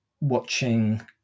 watching